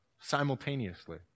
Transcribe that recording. simultaneously